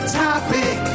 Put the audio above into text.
topic